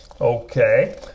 okay